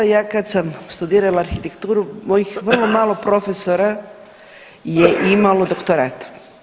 Ja kad sam studirala arhitekturu mojih vrlo malo profesora je imalo doktorat.